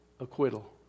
Acquittal